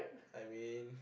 I mean